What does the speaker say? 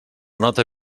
nota